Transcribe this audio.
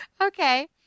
Okay